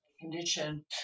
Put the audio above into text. condition